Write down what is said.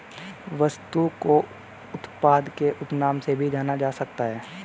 वस्तु को उत्पाद के उपनाम से भी जाना जा सकता है